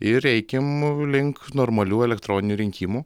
ir eikim link normalių elektroninių rinkimų